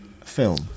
film